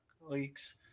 leaks